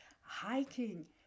hiking